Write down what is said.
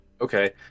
Okay